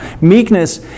Meekness